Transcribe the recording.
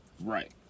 Right